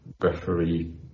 referee